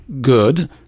good